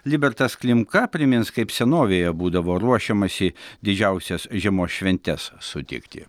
libertas klimka primins kaip senovėje būdavo ruošiamasi didžiausias žiemos šventes sutikti